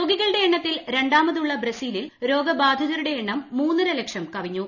രോഗികളുടെ എണ്ണത്തിൽ രണ്ടാമതുള്ള ബ്രസീലിൽ രോഗബാധിതരുടെ എണ്ണം മൂന്നര ലക്ഷം കവിഞ്ഞു